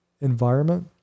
environment